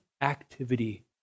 activity